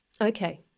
Okay